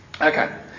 Okay